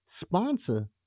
sponsor